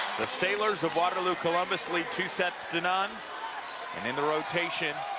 the sailors of waterloo columbus lead two sets to none and in the rotation.